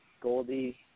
Goldie